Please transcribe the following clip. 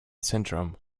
syndrome